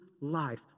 life